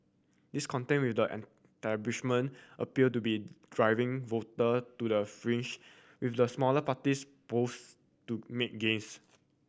discontent with the appear to be driving voter to the fringe with the smaller parties poise to make gains